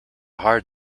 hard